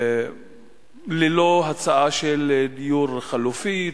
ללא הצעה של דיור חלופי.